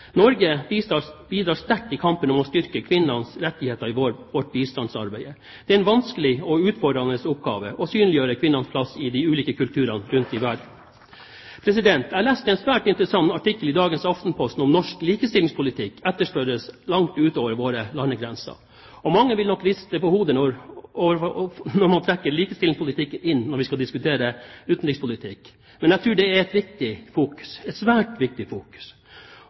utfordrende oppgave å synliggjøre kvinnenes plass i de ulike kulturene rundt i verden. Jeg leste en svært interessant artikkel i dagens Aftenposten om at norsk likestillingspolitikk etterspørres langt utover våre landegrenser. Mange vil nok riste på hodet av at man trekker likestillingspolitikken inn når vi skal diskutere utenrikspolitikk. Men jeg tror det er et viktig fokus – et svært viktig fokus.